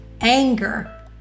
anger